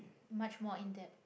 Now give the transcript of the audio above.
much more in depth